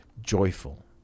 joyful